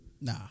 nah